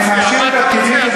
אני מאשים את הפקידים,